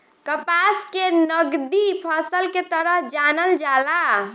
कपास के नगदी फसल के तरह जानल जाला